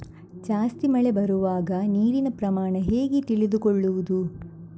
ಜಾಸ್ತಿ ಮಳೆ ಬರುವಾಗ ನೀರಿನ ಪ್ರಮಾಣ ಹೇಗೆ ತಿಳಿದುಕೊಳ್ಳುವುದು?